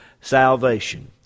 salvation